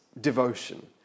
devotion